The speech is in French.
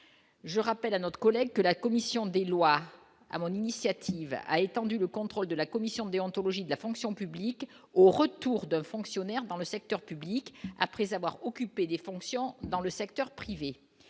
je rappelle à notre collègue que la commission des lois à mon initiative a étendu le contrôle de la commission déontologie de la fonction publique, au retour d'un fonctionnaire dans le secteur public, après avoir occupé des fonctions dans le secteur privé,